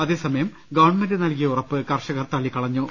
അതേസമയം ഗവൺമെന്റ് നൽകിയ ഉറപ്പ് കർഷകർ തള്ളിക്കളഞ്ഞു